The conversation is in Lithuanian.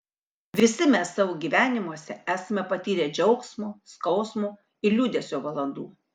visi mes savo gyvenimuose esame patyrę džiaugsmo skausmo ir liūdesio valandų